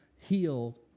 healed